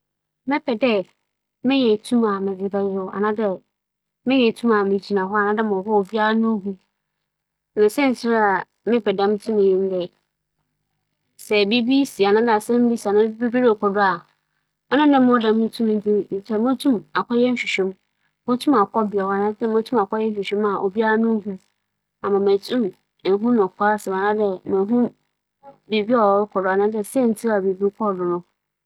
Sɛ nkorͻfo ennhu me a, mennhyɛ da nnhu mfaso biara ͻdze bɛberɛ m'abrabͻ na mbom sɛ menya tum a mobotum dze etu akͻ beebi a mepɛ dɛ mokͻ biara a, megye dzi dɛ ͻbͻboa me papaapa osiandɛ, mohwɛ wimu a ndzɛmba pii na muhu na nkyɛ mutum mutu kͻ sor a, nkyɛ motum m'akͻ sosͻ sor bea Nyankopͻn ͻwͻ na ndzɛmba a etwa noho ehyia nyinara. Afei so, mobotum akͻ beebiara mepɛ dɛ mokͻ ntsɛm ntsɛm, mutui ara na mesi hͻ.